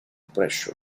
pressure